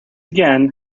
again